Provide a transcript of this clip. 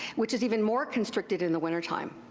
which is even more constricted in the wintertime.